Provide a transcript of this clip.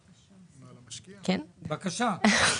בבקשה.